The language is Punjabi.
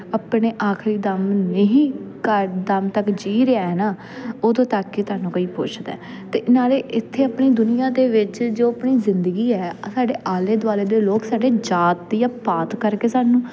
ਆਪਣੇ ਆਖਰੀ ਦਮ ਨਹੀਂ ਕਰ ਦਮ ਤੱਕ ਜੀਅ ਰਿਹਾ ਨਾ ਉਦੋਂ ਤੱਕ ਕਿ ਤੁਹਾਨੂੰ ਕੋਈ ਪੁੱਛਦਾ ਅਤੇ ਨਾਲੇ ਇੱਥੇ ਆਪਣੀ ਦੁਨੀਆਂ ਦੇ ਵਿੱਚ ਜੋ ਆਪਣੀ ਜ਼ਿੰਦਗੀ ਹੈ ਸਾਡੇ ਆਲੇ ਦੁਆਲੇ ਦੇ ਲੋਕ ਸਾਡੀ ਜਾਤ ਜਾਂ ਪਾਤ ਕਰਕੇ ਸਾਨੂੰ